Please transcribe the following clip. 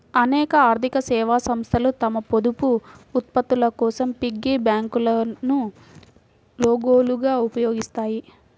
అనేక ఆర్థిక సేవా సంస్థలు తమ పొదుపు ఉత్పత్తుల కోసం పిగ్గీ బ్యాంకులను లోగోలుగా ఉపయోగిస్తాయి